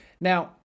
now